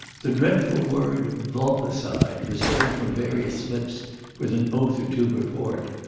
the dreadful word vulpecide was heard from various lips with an oath or two before it.